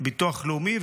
לביטוח הלאומי,